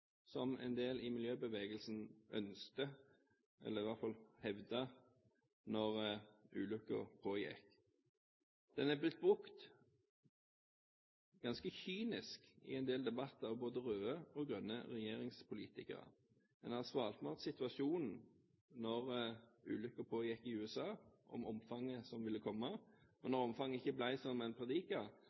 som en del i miljøbevegelsen ønsket, eller i alle fall hevdet, mens ulykken varte. Det er blitt brukt ganske kynisk i en del debatter av både røde og grønne regjeringspolitikere. En har svartmalt situasjonen mens ulykken varte i USA – og omfanget den ville få. Når omfanget ikke ble som en